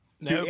no